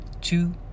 two